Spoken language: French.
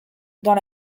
dans